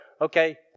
okay